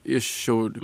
iš šiaulių